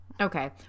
Okay